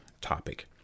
topic